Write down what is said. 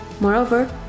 Moreover